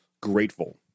grateful